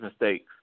mistakes